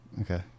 Okay